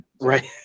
Right